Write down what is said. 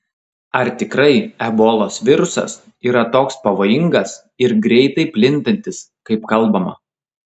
ar tikrai ebolos virusas yra toks pavojingas ir greitai plintantis kaip kalbama